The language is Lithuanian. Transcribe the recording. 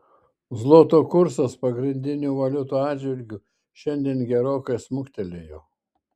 zloto kursas pagrindinių valiutų atžvilgiu šiandien gerokai smuktelėjo